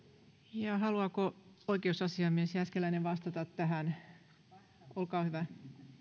ja haluaako oikeusasiamies jääskeläinen vastata tähän olkaa hyvä